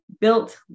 built